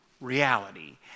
reality